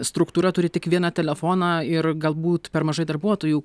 struktūra turi tik vieną telefoną ir galbūt per mažai darbuotojų